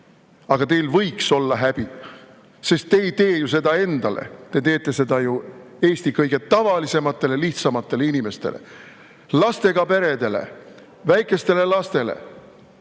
Aga teil võiks olla häbi, sest te ei tee ju seda kõike endale, te teete seda Eesti kõige tavalisematele, lihtsamatele inimestele, lastega peredele, väikestele lastele,